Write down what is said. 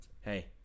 Hey